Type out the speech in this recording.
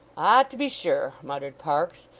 ah to be sure muttered parkes,